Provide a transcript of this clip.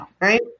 right